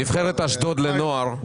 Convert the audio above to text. נבחרת אשדוד לנוער.